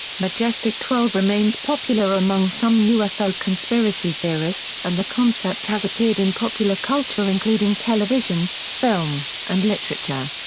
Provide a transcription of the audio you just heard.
majestic twelve remains popular among some ufo conspiracy theorists and the concept has appeared in popular culture including television, film, and literature.